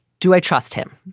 do i trust him?